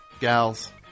Gals